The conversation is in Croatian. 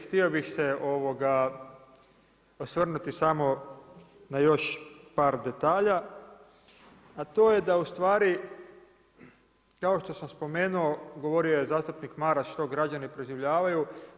Htio bih se osvrnuti samo na još par detalja, a to je da u stvari kao što sam spomenuo govorio je zastupnik Maras što građani proživljavaju.